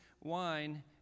wine